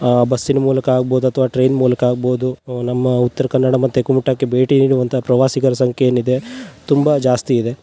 ಬಸ್ಸಿನ ಮೂಲಕ ಆಗ್ಬೋದ ಅಥ್ವಾ ಟ್ರೈನ್ ಮೂಲಕ ಆಗ್ಬೋದು ನಮ್ಮ ಉತ್ರ ಕನ್ನಡ ಮತ್ತು ಕುಮ್ಟಕ್ಕೆ ಭೇಟಿ ನೀಡುವಂಥ ಪ್ರವಾಸಿಗರ ಸಂಖ್ಯೆ ಏನಿದೆ ತುಂಬಾ ಜಾಸ್ತಿ ಇದೆ